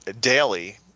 daily